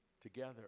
Together